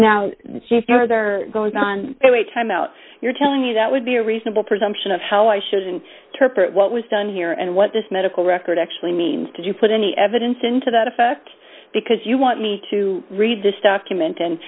see if your mother goes on a time out you're telling me that would be a reasonable presumption of how i should and what was done here and what this medical record actually means to you put any evidence into that effect because you want me to read this document and